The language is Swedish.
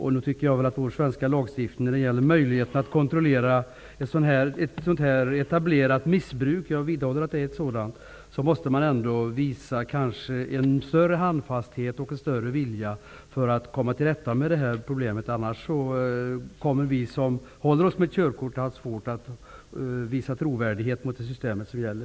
Nog borde väl vår svenska lagstiftning medge möjligheter till kontroll för att stävja ett sådant här etablerat missbruk -- jag vidhåller att det är ett sådant. Vi måste kanske visa en större handfasthet och en större vilja för att komma till rätta med problemet. Annars kommer vi som har körkort att få det svårt att visa trovärdighet inför det system som gäller.